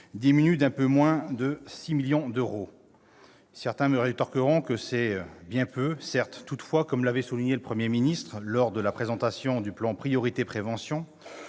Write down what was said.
diminuent d'un peu moins de 6 millions d'euros. Certains me rétorqueront que c'est bien peu. Certes. Toutefois, comme l'avait souligné le Premier ministre lors de la présentation du plan « Priorité Prévention